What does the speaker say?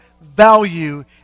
value